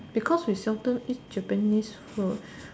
because we seldom eat Japanese food